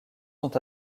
sont